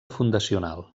fundacional